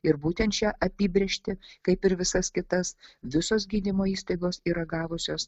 ir būtent šią apibrėžtį kaip ir visas kitas visos gydymo įstaigos yra gavusios